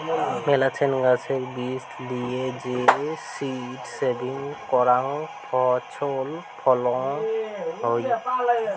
মেলাছেন গাছের বীজ লিয়ে যে সীড সেভিং করাং ফছল ফলন হই